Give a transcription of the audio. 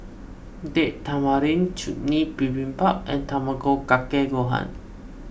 Date Tamarind Chutney Bibimbap and Tamago Kake Gohan